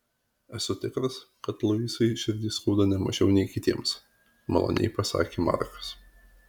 esu tikras kad luisai širdį skauda ne mažiau nei kitiems maloniai pasakė markas